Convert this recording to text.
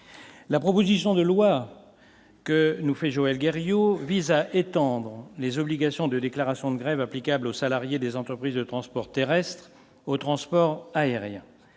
la proposition de loi que nous fait Joël au vise à étendre les obligations de déclaration de grève applicable aux salariés des entreprises de transport terrestre au transport aérien